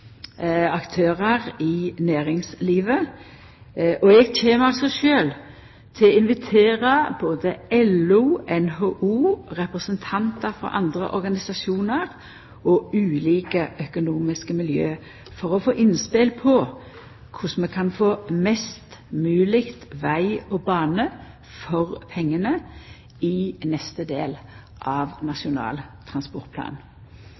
aktørar i næringslivet. Eg kjem også sjølv til å invitera både LO, NHO, representantar for andre organisasjonar og ulike økonomiske miljø for å få innspel på korleis vi kan få mest mogleg veg og bane for pengane i neste del av Nasjonal transportplan.